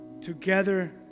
together